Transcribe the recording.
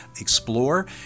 explore